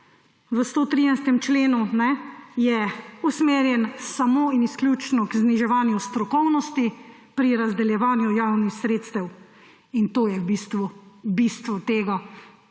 v 113. členu, je usmerjen samo in izključno k zniževanju strokovnosti pri razdeljevanju javnih sredstev. In to je v bistvu